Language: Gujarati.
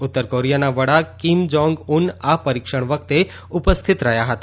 ઉત્તર કોરિયાના વડા કિંમ જોંગ ઉન આ પરિક્ષણ વખતે ઉપસ્થિત રહ્યા હતા